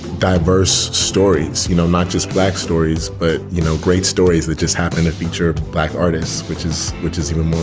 diverse stories you know not just black stories but you know great stories that just happened to feature black artists which is which is even more